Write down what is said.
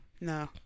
No